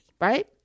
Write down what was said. right